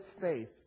faith